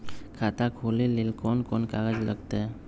खाता खोले ले कौन कौन कागज लगतै?